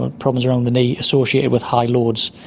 and problems around the knee associated with high loads.